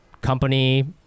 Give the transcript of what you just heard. company